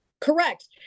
Correct